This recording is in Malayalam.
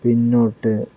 പിന്നോട്ട്